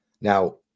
Now